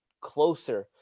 closer